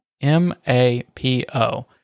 M-A-P-O